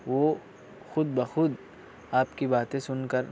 وہ خود بخود آپ کی باتیں سن کر